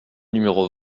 numéro